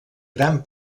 gran